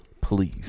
please